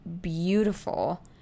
beautiful